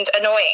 annoying